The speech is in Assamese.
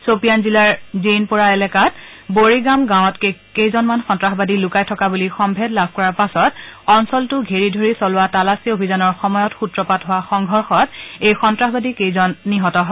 শ্বপিয়ান জিলাৰ জেইনপ'ৰা এলেকাত বড়িগাম গাঁৱত কেইজনমান সন্তাসবাদী লুকাই থকা বুলি সম্ভেদ লাভ কৰাৰ পাছত অঞ্চলটো ঘেৰি ধৰি চলোৱা তালাচী অভিযানৰ সময়ত সূত্ৰপাত হোৱা সংঘৰ্ষত এই সন্তাসবাদী কেইজন নিহত হয়